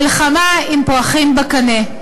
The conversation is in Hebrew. מלחמה עם פרחים בקנה.